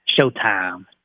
Showtime